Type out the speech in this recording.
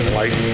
life